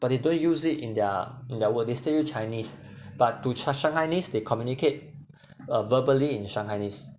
but they don't use it in their in their word they still use chinese but to cha~ shanghainese they communicate uh verbally in shanghainese